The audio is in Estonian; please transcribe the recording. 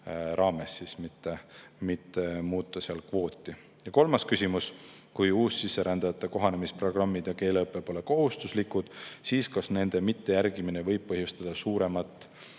raames, mitte minna kvooti muutma. Ja kolmas küsimus: "Kui uussisserändajate kohanemisprogrammid ja keeleõpe pole kohustuslikud, siis kas nende mittejärg[i]mine võib põhjustada suuremat